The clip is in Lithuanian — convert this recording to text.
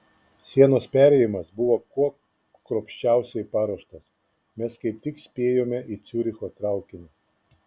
sienos perėjimas buvo kuo kruopščiausiai paruoštas mes kaip tik spėjome į ciuricho traukinį